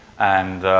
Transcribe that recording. and